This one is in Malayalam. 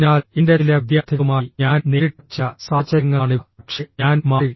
അതിനാൽ എന്റെ ചില വിദ്യാർത്ഥികളുമായി ഞാൻ നേരിട്ട ചില സാഹചര്യങ്ങളാണിവ പക്ഷേ ഞാൻ മാറി